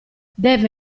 deve